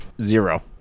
Zero